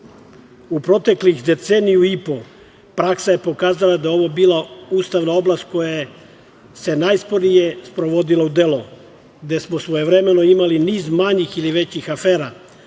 proteklih deceniju i po praksa je pokazala da je ovo bila ustavna oblast koja se najsporije sprovodila u delo, gde smo svojevremeno imali niz manjih ili većih afera,